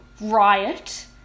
riot